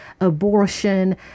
abortion